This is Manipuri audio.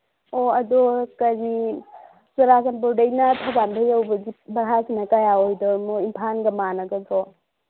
ꯑꯣ ꯑꯗꯣ ꯀꯔꯤ ꯆꯨꯔꯆꯥꯟꯄꯨꯔꯗꯒꯤꯅ ꯊꯧꯕꯥꯜ ꯐꯥꯎ ꯌꯧꯕꯁꯤ ꯚꯔꯥꯁꯤꯅ ꯀꯌꯥ ꯑꯣꯏꯗꯣꯏꯅꯣ ꯏꯝꯐꯥꯜꯒ ꯃꯥꯟꯅꯗꯕ꯭ꯔꯣ